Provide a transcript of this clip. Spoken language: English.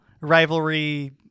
rivalry